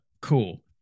cool